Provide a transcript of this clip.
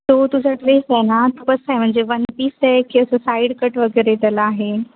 तो तुझा ड्रेस आहे ना तो कसा आहे म्हणजे वन पीस आहे की असं साईड कट वगैरे त्याला आहे